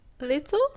little